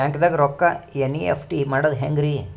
ಬ್ಯಾಂಕ್ದಾಗ ರೊಕ್ಕ ಎನ್.ಇ.ಎಫ್.ಟಿ ಮಾಡದ ಹೆಂಗ್ರಿ?